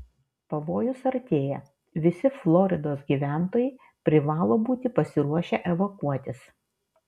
pavojus artėja visi floridos gyventojai privalo būti pasiruošę evakuotis